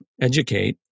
educate